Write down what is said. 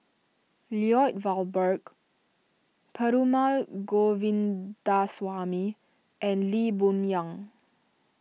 Lloyd Valberg Perumal Govindaswamy and Lee Boon Yang